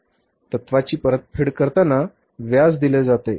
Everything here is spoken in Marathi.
तत्त्वाची परतफेड करतानाच व्याज दिले जाते